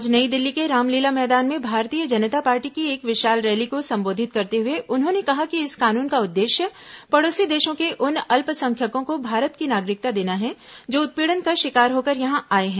आज नई दिल्ली के रामलीला मैदान में भारतीय जनता पार्टी की एक विशाल रैली को संबोधित करते हुए उन्होंने कहा कि इस कानून का उद्देश्य पड़ोसी देशों के उन अल्पसंख्यकों को भारत की नागरिकता देना है जो उत्पीड़न का शिकार होकर यहां आए हैं